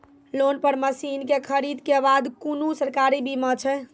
Loan पर मसीनऽक खरीद के बाद कुनू सरकारी बीमा छै?